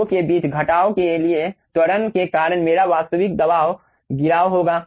इस 2 के बीच घटाव के लिए त्वरण के कारण मेरा वास्तविक दबाव गिराव होगा